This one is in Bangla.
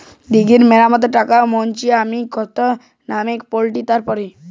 দীর্ঘ মেয়াদি টাকা ম্যাচিউর হবার আগে আমি কি নমিনি পাল্টা তে পারি?